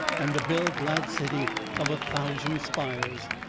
and the bell-glad city of a thousand spires.